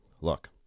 Look